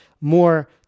more